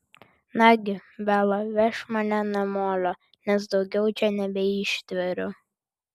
nagi bela vežk mane namolio nes daugiau čia nebeištveriu